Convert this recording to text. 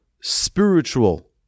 spiritual